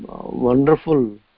wonderful